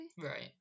right